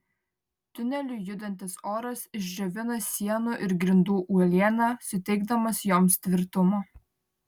tuneliu judantis oras išdžiovina sienų ir grindų uolieną suteikdamas joms tvirtumo